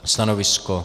Stanovisko?